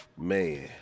Man